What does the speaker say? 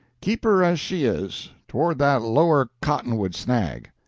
keep her as she is toward that lower cottonwood snag.